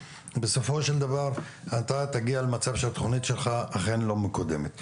בסופו של דבר אתה תגיע למצב שהתכנית שלך אכן לא מקודמת,